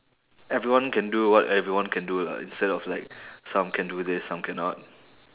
everyone can do what everyone can do lah instead of like some can do this some cannot